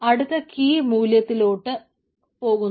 അടുത്ത കീ മൂല്യത്തിലോട്ട് പോകുന്നു